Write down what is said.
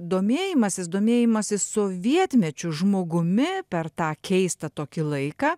domėjimasis domėjimasis sovietmečiu žmogumi per tą keistą tokį laiką